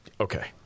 Okay